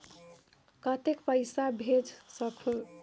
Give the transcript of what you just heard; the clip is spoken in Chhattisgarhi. कतेक पइसा भेज सकहुं?